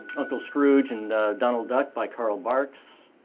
uncle scrooge and donald duck by carl barks,